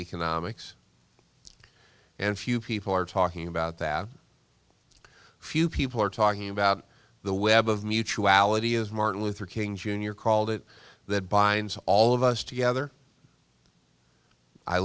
economics and few people are talking about that few people are talking about the web of mutuality as martin luther king jr called it that binds all of us together i